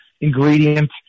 ingredient